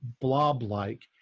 blob-like